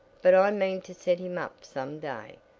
but i mean to set him up some day.